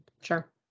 Sure